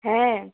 হ্যাঁ